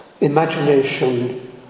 imagination